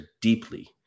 deeply